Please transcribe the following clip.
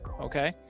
Okay